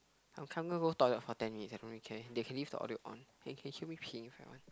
I'm can't even go toilet for ten minutes I don't really care they can leave the audio on they can hear me pee if I want